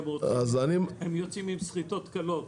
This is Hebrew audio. הם יוצאים עם שריטות קלות.